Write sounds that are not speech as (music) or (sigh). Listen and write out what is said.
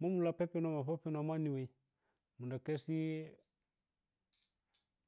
Mamuloh (unintelligible) peff na ma peppena manni weh mundi khesi